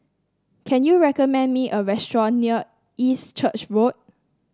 can you recommend me a restaurant near East Church Road